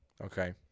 okay